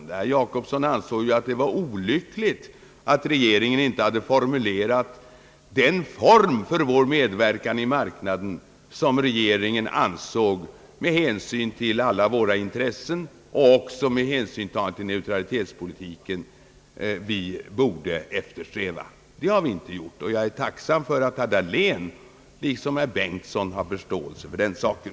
Herr Jacobsson ansåg att det var olyckligt att regeringen inte hade uttalat sig om den form för vår ansökan om förhandlingar om inträde i marknaden, som regeringen med hänsyn till alla våra intressen och också med hänsyn tagen till neutralitetspolitiken ansåg att vi borde inge. Det har vi inte gjort, och jag är tacksam för att herr Dahlén liksom herr Bengtson har förståelse för den saken.